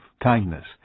kindness